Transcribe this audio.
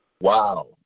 Wow